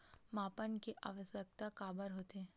मापन के आवश्कता काबर होथे?